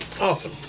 Awesome